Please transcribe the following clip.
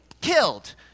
killed